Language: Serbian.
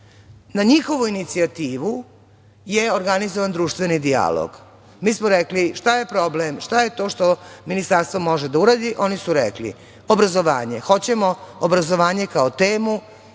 Na njihovu inicijativu je organizovan društveni dijalog. Mi smo rekli šta je problem, šta je to što ministarstvo može da uradi. Oni su rekli – obrazovanje, hoćemo obrazovanje kao temu,